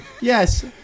yes